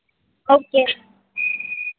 okay